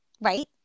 right